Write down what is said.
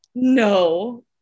No